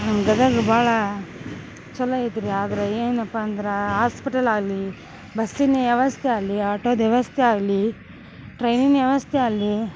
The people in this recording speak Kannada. ನಮ್ಮ ಗದಗ ಭಾಳ ಚಲೋ ಐತ್ರೀ ಆದ್ರ ಏನಪ್ಪಾ ಅಂದ್ರಾ ಆಸ್ಪೆಟಲ್ ಆಲಿ ಬಸ್ಸಿನ ವ್ಯವಸ್ಥೆ ಆಲಿ ಆಟೋದ್ ವ್ಯವಸ್ಥೆ ಆಗಲಿ ಟ್ರೈನಿನ ವ್ಯವಸ್ಥೆ ಆಲಿ